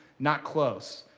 not close.